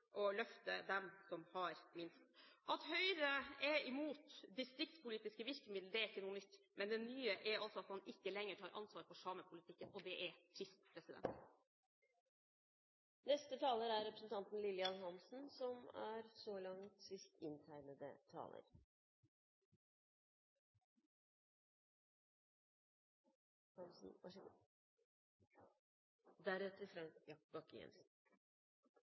løfte dem som har minst. At Høyre er imot distriktspolitiske virkemidler, er ikke noe nytt, men det nye er altså at man ikke lenger tar ansvar for samepolitikken, og det er trist. I denne saken framstiller opposisjonen det som om disse tiltakene som er